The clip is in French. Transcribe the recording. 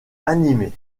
animée